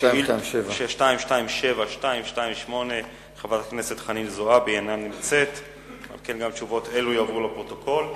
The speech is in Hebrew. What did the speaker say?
ביום ט"ז בתמוז התשס"ט (8 ביולי 2009): על-פי נתוני משרד